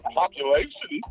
population